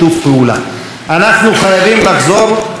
אנחנו חייבים לחזור ולהאמין שכאשר